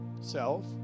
self